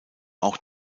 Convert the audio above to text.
auch